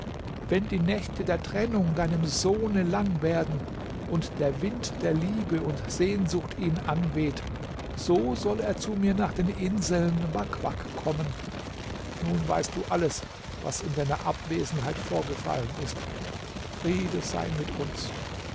wenn die nächte der trennung deinem sohne lang werden und der wind der liebe und sehnsucht ihn anweht so soll er zu mir nach den inseln wak wak kommen nun weißt du alles was in deiner abwesenheit vorgefallen ist friede sei mit uns